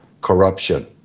corruption